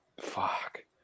fuck